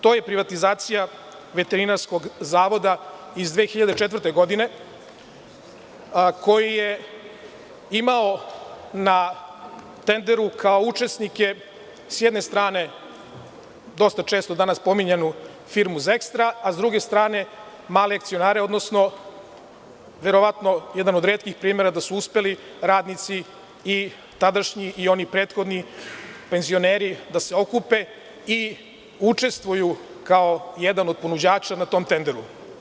To je privatizacija Veterinarskog zavoda iz 2004. godine, koji je imao na tenderu kao učesnike s jedne strane firmu „Zekstra“, a s druge strane male akcionare, odnosno, verovatno jedan od retkih primera da su uspeli radnici tadašnji i oni prethodni penzioneri da se okupe i učestvuju kao jedan od ponuđača na tom tenderu.